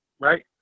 right